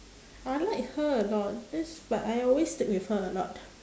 I like her a lot this but I always stick with her a lot